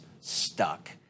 stuck